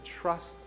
trust